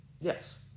yes